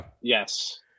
Yes